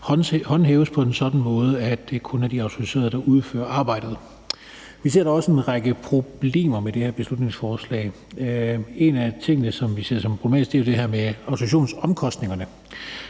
håndhæves på en sådan måde, at det kun er de autoriserede, der udfører arbejdet. Vi ser også, at der er en række problemer med det her beslutningsforslag, og en af tingene, som vi ser som problematiske, er jo det her med autorisationsomkostningerne,